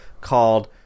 called